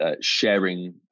sharing